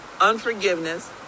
unforgiveness